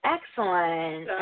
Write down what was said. Excellent